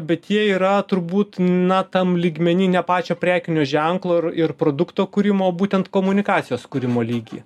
bet jie yra turbūt na tam lygmeny ne pačio prekinio ženklo ir produkto kūrimo o būtent komunikacijos kūrimo lygy